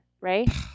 right